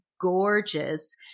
gorgeous